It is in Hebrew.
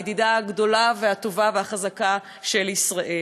הידידה הגדולה והטובה והחזקה של ישראל,